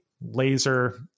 laser